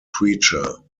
preacher